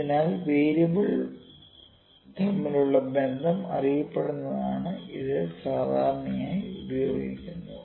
അതിനാൽ വേരിയബിൾ തമ്മിലുള്ള ബന്ധം അറിയപ്പെടുന്നതാണ് ഇത് സാധാരണയായി ഉപയോഗിക്കുന്നത്